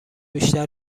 بیشتر